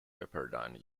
pepperdine